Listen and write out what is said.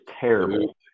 terrible